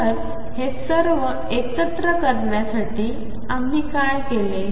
तर हे सर्व एकत्र करण्यासाठी आम्ही काय केले